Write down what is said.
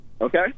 Okay